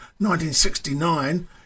1969